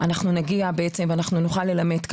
אז אנחנו בעצם נגיע למה שנרצה ללמד.